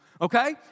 okay